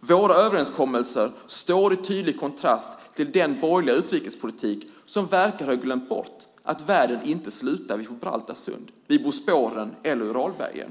Våra överenskommelser står i tydlig kontrast till den borgerliga utrikespolitik som verkar ha glömt att världen inte slutar vid Gibraltar sund, Bosporen eller Uralbergen.